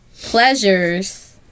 pleasures